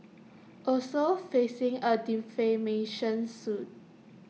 also facing A defamation suit